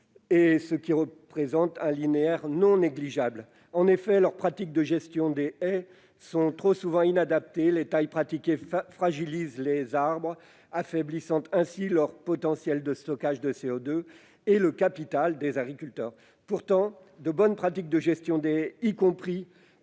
qui représentent un linéaire non négligeable. En effet, leurs pratiques de gestion des haies sont trop souvent inadaptées : les tailles pratiquées fragilisent les arbres, affaiblissant ainsi leur potentiel de stockage de CO2 et le capital des agriculteurs. Pourtant, de bonnes pratiques en matière de gestion des haies, qui